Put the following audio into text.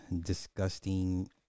disgusting